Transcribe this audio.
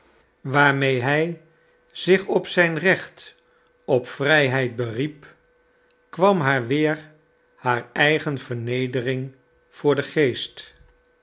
waarmee hij zich op zijn recht op vrijheid beriep kwam haar weer haar eigen vernedering voor den geest